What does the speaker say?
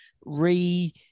re